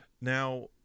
Now